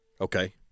Okay